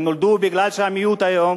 הם נולדו כי המיעוט היום